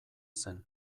zen